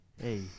Hey